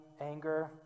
anger